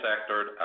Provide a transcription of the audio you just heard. sector